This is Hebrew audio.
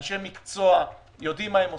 אלה אנשי מקצוע שיודעים מה הם עושים.